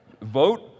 vote